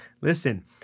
listen